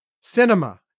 cinema